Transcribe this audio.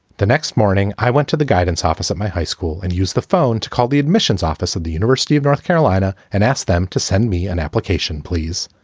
the next morning, i went to the guidance office at my high school and use the phone to call the admissions office of the university of north carolina and asked them to send me an application, please.